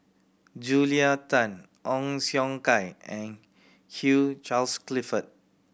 Julia Tan Ong Siong Kai and Hugh Charles Clifford